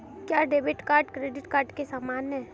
क्या debit card credit card के समान है?